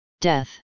death